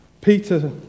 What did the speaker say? Peter